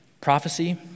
prophecy